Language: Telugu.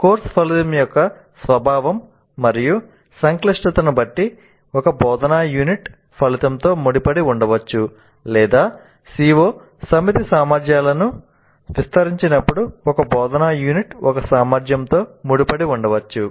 కోర్సు ఫలితం యొక్క స్వభావం మరియు సంక్లిష్టతను బట్టి ఒక బోధనా యూనిట్ ఫలితంతో ముడిపడి ఉండవచ్చు లేదా CO సమితి సామర్థ్యాలకు విస్తరించినప్పుడు ఒక బోధనా యూనిట్ ఒక సామర్థ్యంతో ముడిపడి ఉండవచ్చు